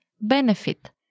benefit